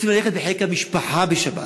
רוצים להיות בחיק המשפחה בשבת,